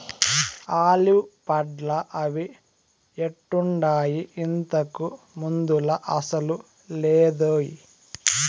olive పండ్లా అవి ఎట్టుండాయి, ఇంతకు ముందులా అసలు లేదోయ్